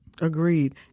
Agreed